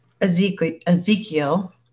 Ezekiel